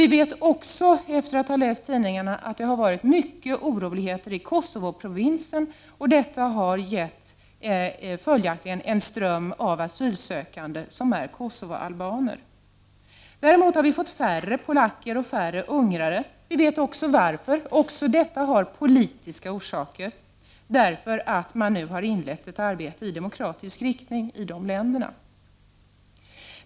Vi vet också, efter att ha läst tidningarna, att det har varit mycket oroligheter i Kosovoprovinsen. Det har följaktligen lett till en ström av asylsökande som är Kosovo-albaner. Däremot har det 35 kommit färre polacker och ungrare. Vi vet varför. Också detta har politiska orsaker. Man har nu inlett ett arbete i demokratisk riktning i Polen och Ungern.